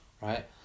right